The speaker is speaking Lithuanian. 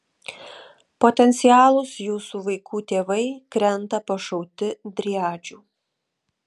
potencialūs jūsų vaikų tėvai krenta pašauti driadžių